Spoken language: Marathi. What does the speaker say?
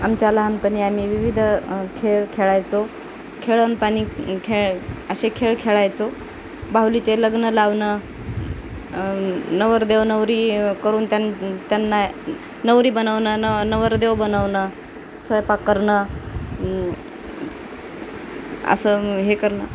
आमच्या लहानपणी आम्ही विविध खेळ खेळायचो खेळन पाणी खेळ असे खेळ खेळायचो बाहुलीचे लग्न लावणं नवरदेव नवरी करून त्यां त्यांना नवरी बनवणं न नवरदेव बनवणं स्वयंपाक करणं असं हे करणे